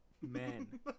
men